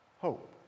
hope